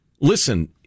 listen